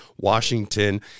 Washington